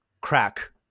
crack